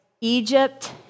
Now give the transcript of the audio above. Egypt